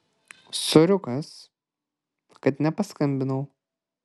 soriukas kad nepaskambinau